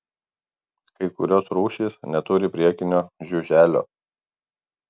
kai kurios rūšys neturi priekinio žiuželio